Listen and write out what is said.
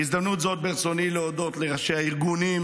בהזדמנות זו ברצוני להודות לראשי הארגונים,